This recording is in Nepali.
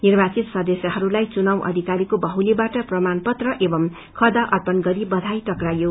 निर्वाचित सदस्यहरूलाई चुनाव अधिकारीको बाह्लीबाट प्रमाण पत्र एंव खदा अर्पण गरि बधाई टक्कयाइो